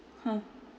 ha